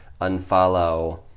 unfollow